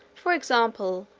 for example,